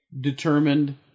determined